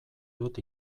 dut